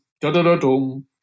da-da-da-dum